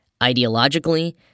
ideologically